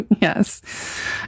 Yes